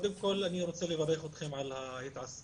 קודם כל, אני רוצה לברך אתכם על העיסוק